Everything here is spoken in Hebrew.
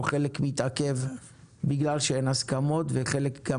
או חלק מתעכב בגלל שאין הסכמות וחלק גם